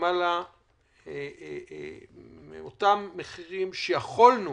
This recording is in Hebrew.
למעלה מאותם מחירים שיכולנו